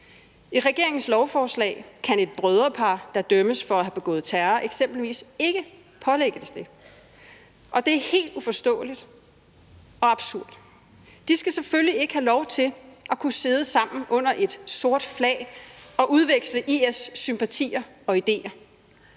I regeringens lovforslag kan et brødrepar, der dømmes for at have begået terror, eksempelvis ikke pålægges det, og det er helt uforståeligt og absurd. De skal selvfølgelig ikke have lov til at kunne sidde sammen under et sort flag og udveksle IS-sympatier og ideer.